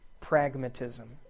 pragmatism